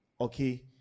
Okay